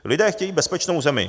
Lidé chtějí bezpečnou zemi.